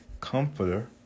comforter